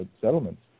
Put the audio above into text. settlements